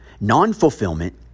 non-fulfillment